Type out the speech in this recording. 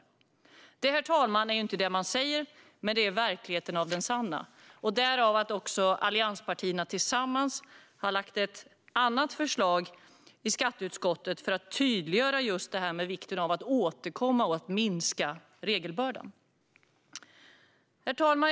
Detta är, herr talman, inte det man säger, men det är verkligheten. Därför har allianspartierna tillsammans lagt fram ett annat förslag i skatteutskottet för att tydliggöra vikten av att återkomma och minska regelbördan. Herr talman!